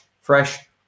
fresh